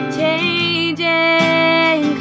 changing